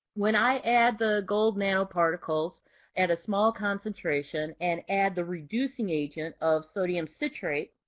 when i add the gold nanoparticles at a small concentration and add the reducing agent of sodium citrate,